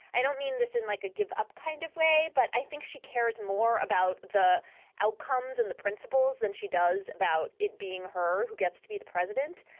i don't mean this in like a give up kind of way, but i think she cares more about the outcomes and the principles than she does about it being her who gets to be the president.